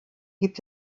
gibt